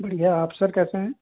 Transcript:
बढ़िया आप सर कैसे हैं